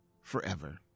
forever